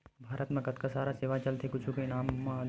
भारत मा कतका सारा सेवाएं चलथे कुछु के नाम लिखव?